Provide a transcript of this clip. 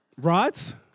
right